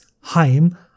Heim